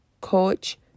coach